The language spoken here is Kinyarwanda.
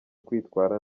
kwitwara